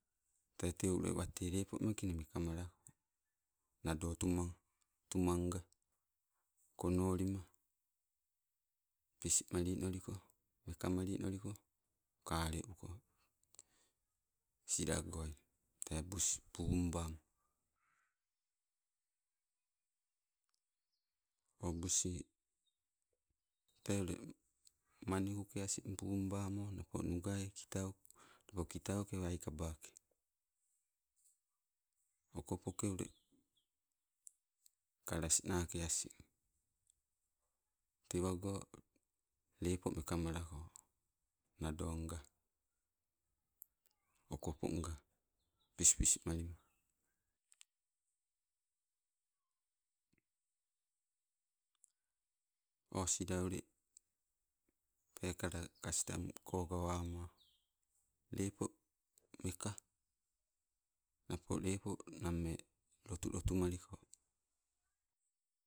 Tee teu ule wate lepo meeke nii mekamalako, nado tuma tumanga konolima pis malinoliko, meka malilinoliko, kale uko. Silagoi tee buus pumba. O buusi tee ule manikuke asing pumbamo napo nugai kitau, napo kitauke waikabake. Okopoke ule kalasi nake asing, tewago lepo meka malako nadonga okoponnga pispis malima. O sila ule peekale kastango gawamo, lepo meka napo lepo nammee lotu lotu maliko.